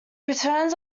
returns